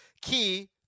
key